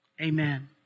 amen